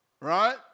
Right